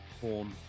porn